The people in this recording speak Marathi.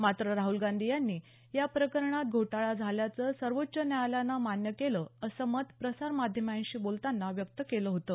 मात्र राहल गांधी यांनी या प्रकरणात घोटाळा झाल्याचं सर्वोच्च न्यायालयानं मान्य केलं असं मत प्रसारमाध्यमांशी बोलताना व्यक्त केलं होतं